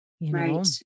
Right